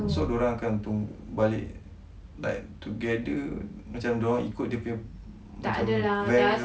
so diorang akan balik like together macam diorang ikut dia punya macam van